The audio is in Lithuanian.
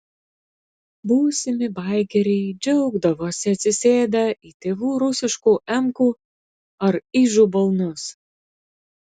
būsimi baikeriai džiaugdavosi atsisėdę į tėvų rusiškų emkų ar ižų balnus